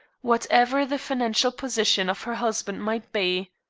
whatever the financial position of her husband might be.